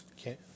Okay